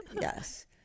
Yes